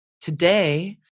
Today